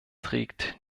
trägt